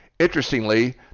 Interestingly